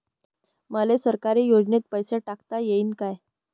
मले सरकारी योजतेन पैसा टाकता येईन काय?